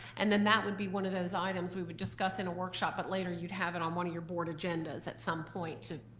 and then that would be one of those items we would discuss in a workshop but later you'd have it on one of your board agendas at some point to